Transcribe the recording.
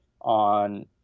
on